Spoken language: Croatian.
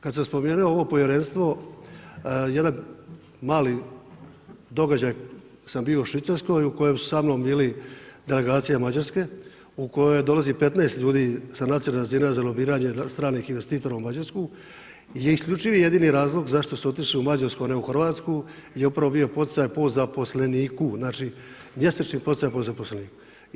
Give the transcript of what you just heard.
Kad sam spomenuo ovo povjerenstvo jedan mali događaj dok sam bio u Švicarskoj u kojoj su samnom bili delegacija Mađarske u kojoj dolazi 15 ljudi sa nacionalnih razina za lobiranje stranih investitora u Mađarsku gdje je isključivi i jedini razlog zašto su otišli u Mađarsku, a ne u Hrvatsku je upravo bio poticaj po zaposleniku, znači mjesečni poticaj po zaposleniku.